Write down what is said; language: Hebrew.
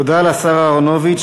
תודה לשר אהרונוביץ.